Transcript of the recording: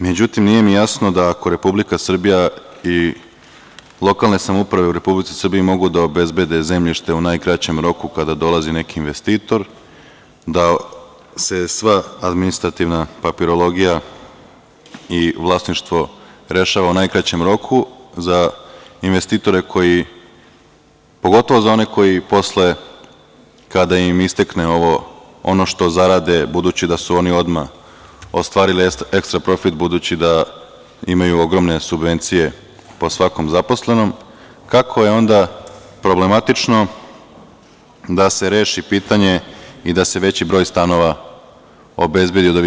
Međutim, nije mi jasno da ako Republika Srbija i lokalne samouprave u Republici Srbiji mogu da obezbede zemljište u najkraćem roku kada dolazi neki investitor, da se sva administrativna papirologija i vlasništvo rešava u najkraćem roku za investitore koji, pogotovo za one koji posle kada im istekne ono što zarade budući da su oni odmah ostvarili ekstra profit, budući da imaju ogromne subvencije po svakom zaposlenom, kako je onda problematično da se reši pitanje i da se veći broj stanova obezbedi od 1.500?